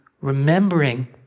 remembering